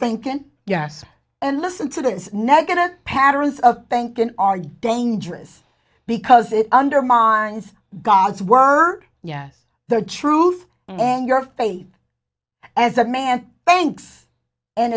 thinking yes and listen to this negative patterns of thinking are dangerous because it undermines god's word yes the truth and your faith as a man thanks and